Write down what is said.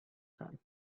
sand